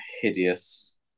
hideous